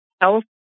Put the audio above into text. health